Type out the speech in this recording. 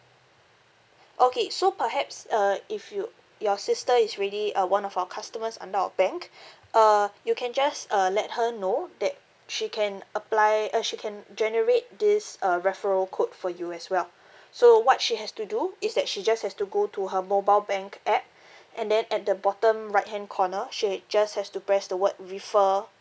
okay so perhaps uh if you your sister is already uh one of our customers under our bank uh you can just uh let her know that she can apply uh she can generate this uh referral code for you as well so what she has to do is that she just has to go to her mobile bank app and then at the bottom right hand corner she would just has to press the word refer